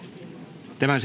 tämän